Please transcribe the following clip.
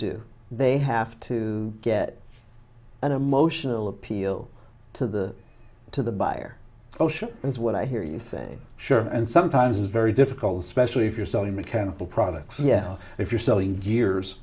do they have to get an emotional appeal to the to the buyer ocean is what i hear you say sure and sometimes is very difficult especially if you're selling mechanical products yes if you're selling gears